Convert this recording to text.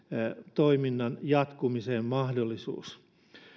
toiminnan jatkumiseen mahdollisuus